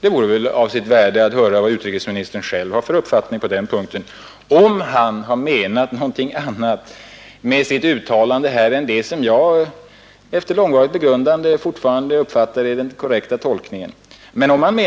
Det skulle också ha sitt Ang. förhandlingarvärde att få höra vilken uppfattning utrikesministern själv har på denna 4 mellan Sverige punkt. Om han har menat något annat med sitt uttalande än det som jag och EEC efter långvarigt begrundande fortfarande uppfattar som den korrekta tolkningen, är